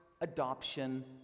adoption